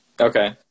Okay